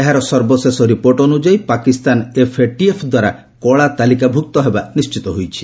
ଏହାର ସର୍ବଶେଷ ରିପୋର୍ଟ ଅନ୍ତଯାୟୀ ପାକିସ୍ତାନ ଏଫ୍ଏଟିଏଫ୍ଦ୍ୱାରା କଳା ତାଲିକାଭ୍ରକ୍ତ ହେବା ନିଣ୍ଚିତ ହୋଇଛି